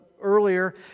earlier